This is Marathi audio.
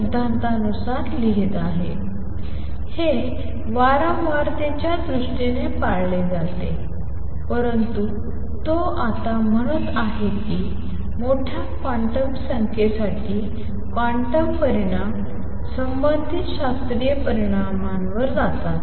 सिद्धांतानुसार लिहीत आहे हे वारंवारतेच्या दृष्टीने पाळले जाते परंतु तो आता म्हणत आहे की मोठ्या क्वांटम संख्यांसाठी क्वांटम परिणाम संबंधित शास्त्रीय परिणामांवर जातात